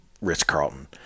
Ritz-Carlton